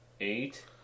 Eight